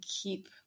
keep